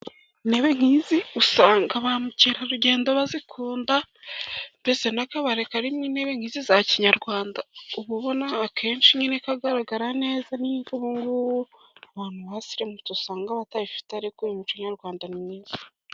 Intebe nk'izi usanga ba mukerarugendo bazikunda. Mbese n'akabare karimo intebe nk'izi za kinyarwanda uba ubona akenshi nyine kagaragara neza. N'ubwo ubu ngubu abantu basirimutse usanga batazifite ariko uyu muco nyarwanda ni mwiza.